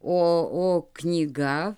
o o knyga